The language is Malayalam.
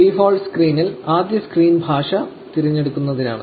ഡീഫോൾട് സ്ക്രീനിൽ ആദ്യ സ്ക്രീൻ ഭാഷ തിരഞ്ഞെടുക്കുന്നതിനാണ്